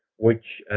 which,